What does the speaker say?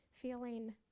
feeling